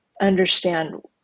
understand